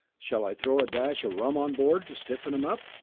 shall i throw a dash of rum on board to stiffen em up?